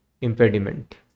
impediment